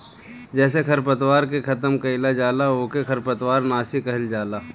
जेसे खरपतवार के खतम कइल जाला ओके खरपतवार नाशी कहल जाला